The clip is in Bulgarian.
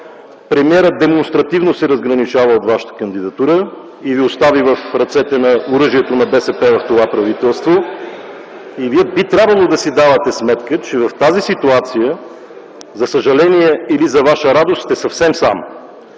премиерът демонстративно се разграничава от Вашата кандидатура и Ви остави в ръцете на оръжието на БСП в това правителство. Вие би трябвало да си давате сметка, че в тази ситуация, за съжаление или за Ваша радост, сте съвсем сам.